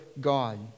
God